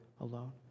alone